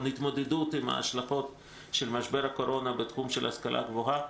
להתמודדות עם ההשלכות של משבר הקורונה בתחום של ההשכלה הגבוהה.